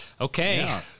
Okay